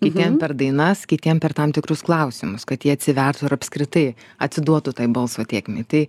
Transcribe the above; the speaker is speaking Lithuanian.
kitiem per dainas kitiem per tam tikrus klausimus kad jie atsivertų ir apskritai atsiduotų tai balso tėkmei tai